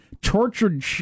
tortured